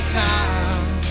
time